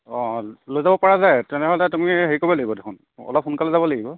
অঁ লৈ যাব পৰা যায় তেনেহ'লে তুমি হেৰি কৰিব লাগিব দেখোন অলপ সোনকালে যাব লাগিব